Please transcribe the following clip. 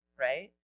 right